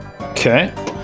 Okay